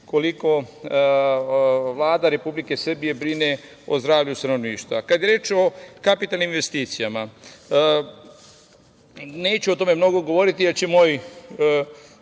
koliko Vlada Republike Srbije brine o zdravlju stanovništva. Kada je reč o kapitalnim investicijama, neću o tome mnogo govoriti, jer će moj